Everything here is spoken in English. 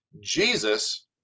Jesus